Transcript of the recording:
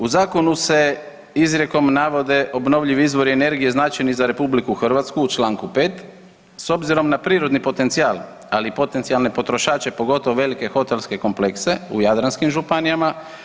U zakonu se izrijekom navode obnovljivi izvori energije značajni za RH u čl. 5. s obzirom na prirodni potencijal, ali i potencijalne potrošače pogotovo velike hotelske komplekse u jadranskim županijama.